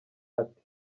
ati